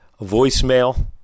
voicemail